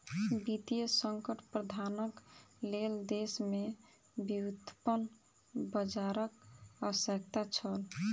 वित्तीय संकट प्रबंधनक लेल देश में व्युत्पन्न बजारक आवश्यकता छल